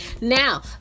Now